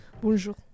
Bonjour